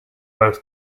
both